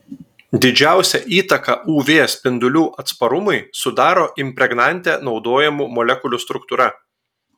didžiausią įtaką uv spindulių atsparumui sudaro impregnante naudojamų molekulių struktūra